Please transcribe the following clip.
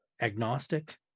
agnostic